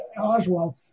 Oswald